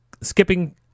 skipping